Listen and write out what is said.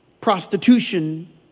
Prostitution